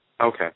Okay